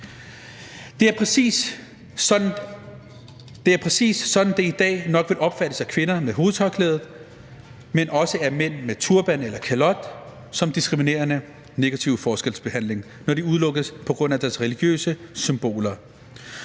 Det er præcis sådan, det i dag nok vil opfattes af kvinder med hovedtørklæde, men også af mænd med turban eller kalot, nemlig som diskriminerende negativ forskelsbehandling, når de udelukkes på grund af deres religiøse symboler.